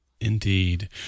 indeed